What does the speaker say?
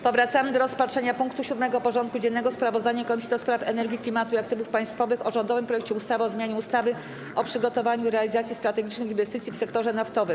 Powracamy do rozpatrzenia punktu 7. porządku dziennego: Sprawozdanie Komisji do Spraw Energii, Klimatu i Aktywów Państwowych o rządowym projekcie ustawy o zmianie ustawy o przygotowaniu i realizacji strategicznych inwestycji w sektorze naftowym.